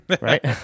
Right